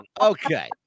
okay